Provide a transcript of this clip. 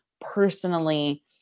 personally